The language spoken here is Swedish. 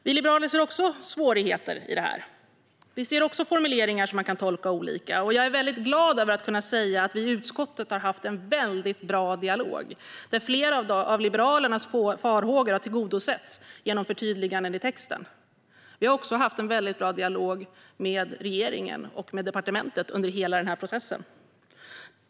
Vi liberaler ser också svårigheter i det här. Vi ser också formuleringar som man kan tolka olika. Men jag är glad över att kunna säga att vi i utskottet har haft en bra dialog, där flera av Liberalernas farhågor har stillats genom förtydliganden i texten. Vi har också haft en bra dialog med regeringen och departementet under hela processen.